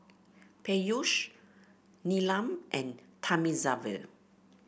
Peyush Neelam and Thamizhavel